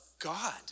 God